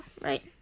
right